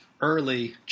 early